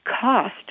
cost